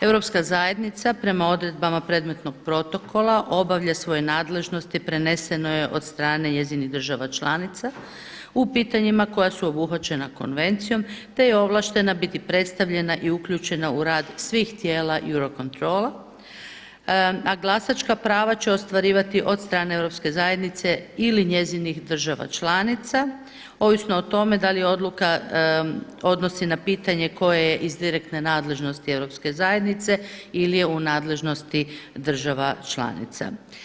Europska zajednica prema odredbama predmetnog Protokola, obavlja svoje nadležnosti prenesenoj od strane njezinih država članica u pitanjima koja su obuhvaćena konvencijom te je ovlaštena biti predstavljena i uključena u rad svih tijela Eurocontrola, a glasačka prava će ostvarivati od strane Europske zajednice ili njezinih država članica, ovisno o tome da li se odluka odnosi na pitanje koje iz direktne nadležnosti Europske zajednice ili je u nadležnosti država članica.